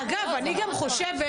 יש נוהל.